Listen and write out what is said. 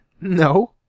No